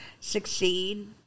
succeed